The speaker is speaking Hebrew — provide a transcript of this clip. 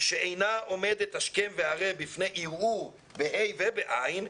שאינה עומדת השכם והערב בפני ערעור ב"ה" וב"ע",